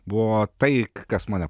buvo tai kas mane